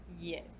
yes